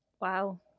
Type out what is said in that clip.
Wow